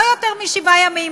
לא יותר משבעה ימים,